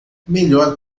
melhor